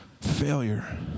failure